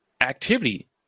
activity